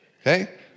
Okay